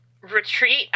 Retreat